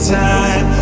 time